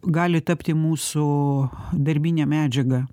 gali tapti mūsų darbine medžiaga